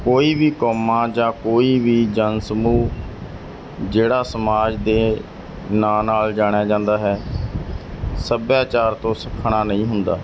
ਕੋਈ ਵੀ ਕੌਮਾਂ ਜਾਂ ਕੋਈ ਵੀ ਜਨ ਸਮੂਹ ਜਿਹੜਾ ਸਮਾਜ ਦੇ ਨਾਂ ਨਾਲ ਜਾਣਿਆ ਜਾਂਦਾ ਹੈ ਸੱਭਿਆਚਾਰ ਤੋਂ ਸੱਖਣਾ ਨਹੀਂ ਹੁੰਦਾ